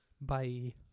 bye